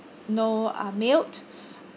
no uh milk